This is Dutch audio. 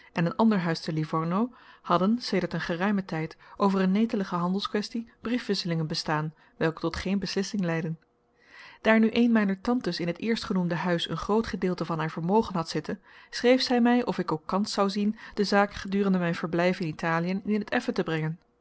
en een ander huis te livorno hadden sedert een geruimen tijd over een netelige handelsquaestie briefwisselingen bestaan welke tot geen beslissing leidden daar nu een mijner tantes in het eerstgenoemde huis een groot gedeelte van haar vermogen had zitten schreef zij mij of ik ook kans zou zien de zaak gedurende mijn verblijf in italiën in het effen te brengen